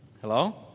Hello